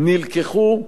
נאסרו,